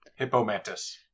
Hippomantis